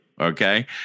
Okay